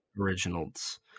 originals